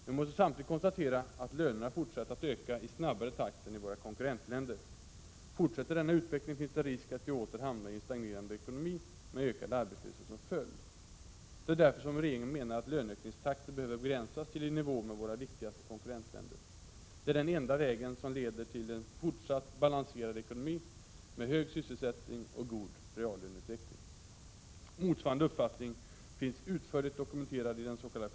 Vi måste samtidigt konstatera att lönerna fortsätter att öka i snabbare takt än i våra konkurrentländer. Fortsätter denna utveckling finns det risk för att vi åter hamnar i en stagnerande ekonomi med ökad arbetslöshet som följd. Det är därför som regeringen menar att löneökningstakten behöver begränsas till i nivå med den i våra viktigaste konkurrentländer. Det är den enda väg som leder till en fortsatt balanserad ekonomi med hög sysselsättning och god reallöneutveckling. Motsvarande uppfattning finns utförligt dokumenterad i dens.k.